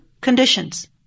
conditions